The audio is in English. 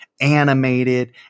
animated